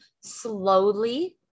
slowly